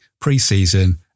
pre-season